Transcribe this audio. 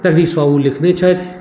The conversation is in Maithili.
जगदीश बाबू लिखने छथि